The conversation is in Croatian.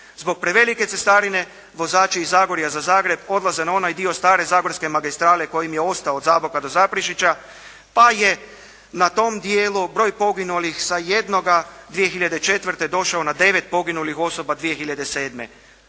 Zbog prevelike cestarine vozači iz Zagorja za Zagreb odlaze na onaj dio stare Zagorske magistrale koji im je ostao od Zaboka do Zaprešića pa je na tom dijelu broj poginulih sa jednoga 2004. došao na 9 poginulih osoba 2007.